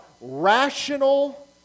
rational